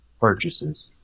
purchases